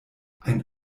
ein